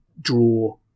draw